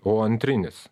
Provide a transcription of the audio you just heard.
o antrinis